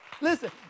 listen